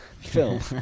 film